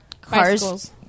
cars